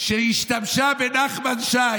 שהשתמשה בנחמן שי